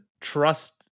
Trust